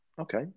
Okay